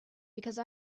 because